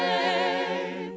and